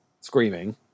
screaming